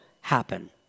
happen